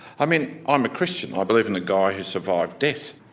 i mean, i'm a christian, i believe in the guy who survived death.